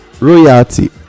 royalty